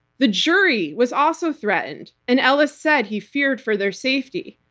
the jury was also threatened, and ellis said he feared for their safety.